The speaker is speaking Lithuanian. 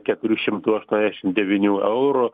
keturių šimtų aštuoniasdešim devynių eurų